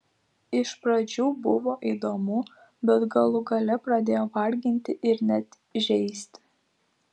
iš pradžių buvo įdomu bet galų gale pradėjo varginti ir net žeisti